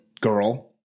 girl